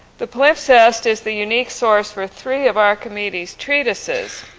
the palimpsest is the unique source for three of archimedes' treatises.